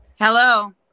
hello